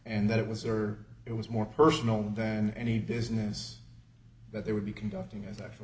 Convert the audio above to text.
and that it was or it was more personal than any business that there would be conducting his actual